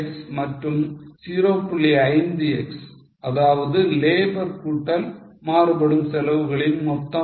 5 x அதாவது labour கூட்டல் மாறுபடும் செலவுகளின் மொத்தம் 4